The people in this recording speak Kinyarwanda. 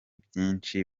byinshi